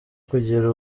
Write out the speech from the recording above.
kugera